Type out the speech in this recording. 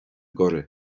gcuireadh